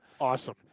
awesome